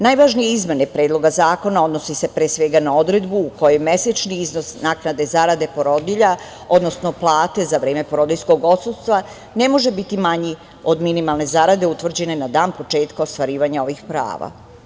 Najvažnije izmene Predloga zakona odnose se, pre svega, na odredbu u kojem mesečni iznos naknade zarade porodilja, odnosno plate za vreme porodiljskog odsustva ne može biti manji od minimalne zarade utvrđene na dan počeka ostvarivanja ovih prava.